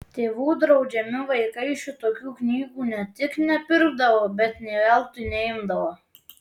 tėvų draudžiami vaikai šitokių knygų ne tik nepirkdavo bet nė veltui neimdavo